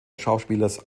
schauspielers